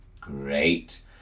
great